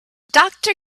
doctor